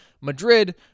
Madrid